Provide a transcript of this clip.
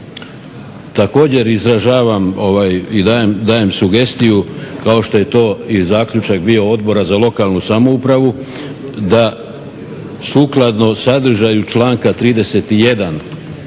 također izražavam i dajem sugestiju kao što je to i zaključak bio Odbora za lokalnu samoupravu da sukladno sadržaju članka 31.